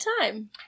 time